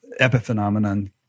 epiphenomenon